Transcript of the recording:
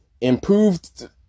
improved